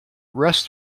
rest